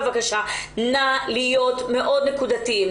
נא להיות מאוד נקודתיים,